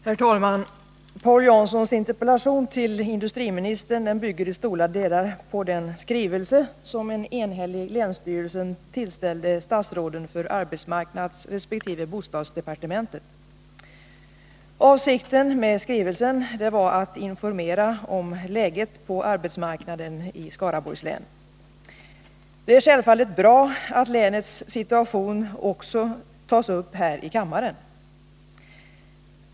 Herr talman! Paul Janssons interpellation till industriministern bygger i stora delar på den skrivelse som en enhällig länsstyrelse tillställde statsråden för arbetsmarknadsresp. bostadsdepartementen. Avsikten med skrivelsen var att informera om läget på arbetsmarknaden i Skaraborgs län. Det är självfallet bra att länets situation också tas upp här i kammaren.